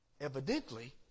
evidently